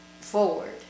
forward